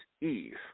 Eve